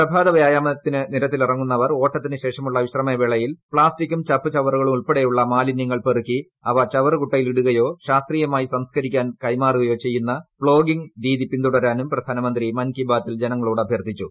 പ്രഭാത വ്യായാമത്തിന് നിരത്തിലിറങ്ങുന്നവർ ഓട്ടത്തിനു ശേഷമുള്ള വിശ്രമവേളയിൽ പ്ലാസ്റ്റിക്കും ചപ്പുചവറുകളും ഉൾപ്പെടെയുള്ള മാലിനൃങ്ങൾ പെറുക്കി അവ ചവറു കുട്ടയിൽ ഇടുകയോ ശാസ്ത്രീയമായി സംസ്കരിക്കാൻ കൈമാറുകയോ ചെയ്യുന്ന പ്ലോഗിംഗ് രീതി പിന്തുടരാനും പ്രധാനമന്ത്രി മൻ കി ബാത്തിൽ ജനങ്ങളോട് അഭ്യർത്ഥിച്ചു